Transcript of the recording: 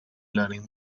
learning